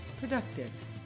productive